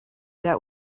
that